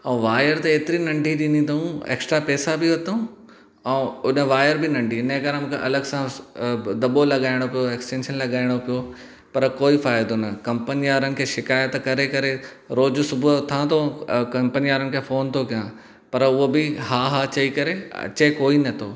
ऐं वायर त एतरी नंढी ॾिनी अथऊं एक्स्ट्रा पैसा बि वरितऊं ऐं उन वायर बि नंढी हिन करे मूंखे अलॻि सां डॿो लॻायण पियो एक्सटेंशन लॻाइणो पियो पर कोई फ़ाइदो न कंपनी वारनि खे शिकायत करे करे रोज सुबुहु उथा थो कंपनी वारनि खे फोन थो कयां पर उहो बि हा हा चई करे अचे कोई नथो